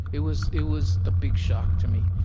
it was it was a big shock to me.